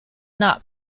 not